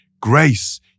grace